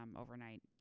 overnight